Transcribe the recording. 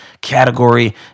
Category